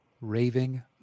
raving